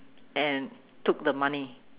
and took the money